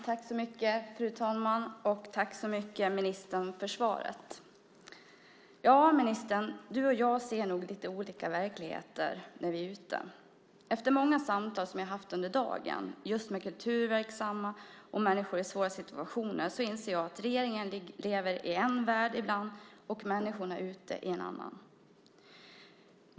Fru talman! Jag vill tacka ministern så mycket för svaret. Du och jag ser nog lite olika verkligheter när vi är ute, ministern. Efter många samtal under dagen med kulturverksamma och människor i svåra situationer inser jag att regeringen ibland lever i en värld och människorna i en annan.